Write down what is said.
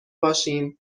باشیم